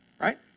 Right